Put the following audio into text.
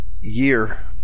year